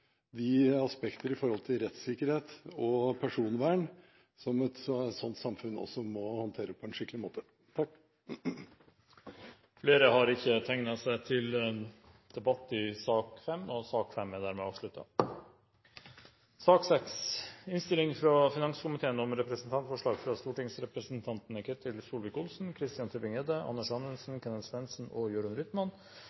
de aspekter i forhold til rettssikkerhet og personvern som et sånt samfunn også må håndtere på en skikkelig måte. Flere har ikke bedt om ordet til